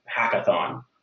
hackathon